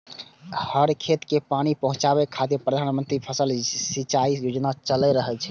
हर खेत कें पानि पहुंचाबै खातिर प्रधानमंत्री फसल सिंचाइ योजना चलै छै